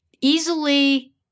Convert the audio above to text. easily